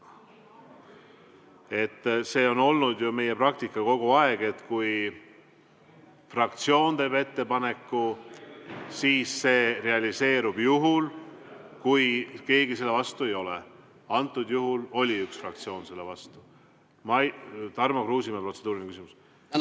see on olnud meie praktika kogu aeg, et kui fraktsioon teeb ettepaneku, siis see realiseerub juhul, kui keegi vastu ei ole. Antud juhul oli üks fraktsioon selle vastu. Tarmo Kruusimäe, protseduuriline küsimus.